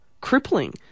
crippling